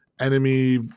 enemy